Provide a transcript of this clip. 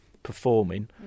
Performing